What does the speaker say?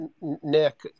Nick